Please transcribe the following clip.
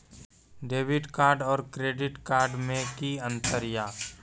Debit card और credit card मे कि अंतर या?